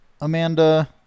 Amanda